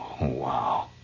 wow